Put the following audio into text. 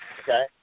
okay